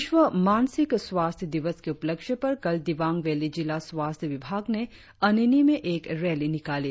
विश्व मानसिक स्वास्थ्य दिवस के उपलक्ष्य पर कल दिवांग वैली जिला स्वास्थ्य विभाग ने अनिनि में एक रैली निकाली